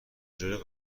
جلوی